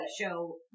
show